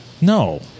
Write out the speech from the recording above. No